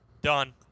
Done